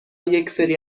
یکسری